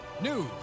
news